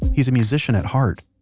he's a musician at heart.